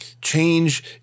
change